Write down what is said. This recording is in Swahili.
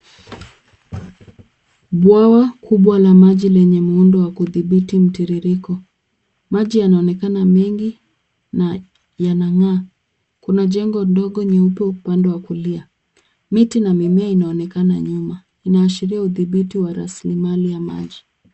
Bwawa kubwa la maji wenye muundo wa kudhibiti mtiririko. Maji yanaonekana mengi na yanang'aa. Kuna jengo ndogo nyeupe upande wa kulia. Miti na mimea inaonekana nyuma inaashiria udhibiti wa rasilimali ya maji.